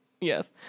Yes